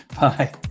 Bye